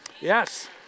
Yes